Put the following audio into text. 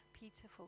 beautiful